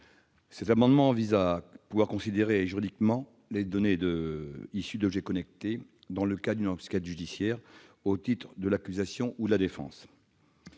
Cet amendement vise à pouvoir considérer juridiquement les données issues d'objets connectés dans le cadre d'une enquête judiciaire, au titre de l'accusation ou de la défense.